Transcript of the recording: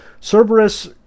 Cerberus